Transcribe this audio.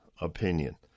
opinion